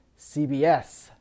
CBS